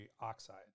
oxide